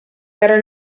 era